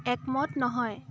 একমত নহয়